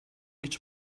гэж